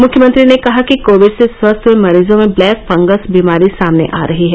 मुख्यमंत्री ने कहा कि कोविड से स्वस्थ हुए मरीजों में ब्लैक फंगस बीमारी सामने आ रही है